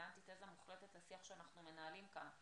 אנטיתזה מוחלטת לשיח שאנחנו מנהלים כאן,